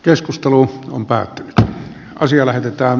keskustelu on päättynyt ja asia lähetetään